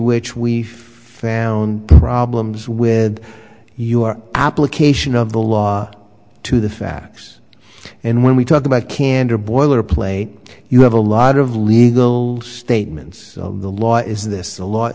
which we found problems with your application of the law to the facts and when we talk about candor boilerplate you have a lot of legal statements the law is this